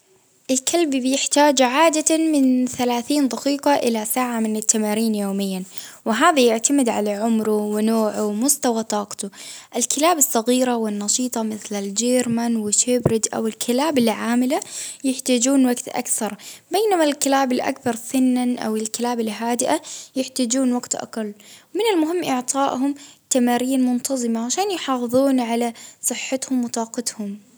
الكلب بيحتاج عادة من ثلاثين دقيقة إلى ساعة من التمارين يوميا، وهذا يعتمد على عمره، ونوعه، ومستوى طاقته. الكلاب الصغيرة والنشيطة مثل الجيرمان وشيبرت ،أو الكلاب العاملة يحتاجون وقت أكثر، بينما الكلاب الأكثر سنا أو الكلاب الهادئة يحتاجون وقت أقل، من المهم إعطائهم تمارين منتظمة، عشان يحافظون على صحتهم وطاقتهم.